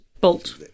Bolt